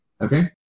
Okay